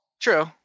True